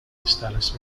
cristales